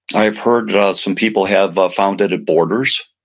i've heard some people have ah found it at borders.